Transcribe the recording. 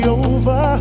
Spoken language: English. over